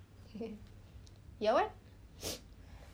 your what